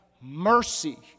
mercy